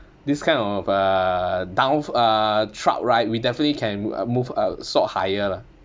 this kind of uh down uh truck right we definitely can move uh sought higher lah